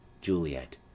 Juliet